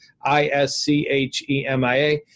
I-S-C-H-E-M-I-A